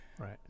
Right